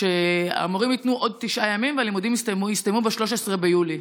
שהמורים ייתנו עוד תשעה ימים והלימודים יסתיימו ב-13 ביולי.